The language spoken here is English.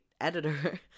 editor